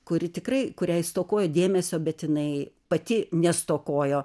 kuri tikrai kuriai stokojo dėmesio bet jinai pati nestokojo